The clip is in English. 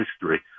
history